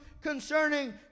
concerning